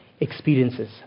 experiences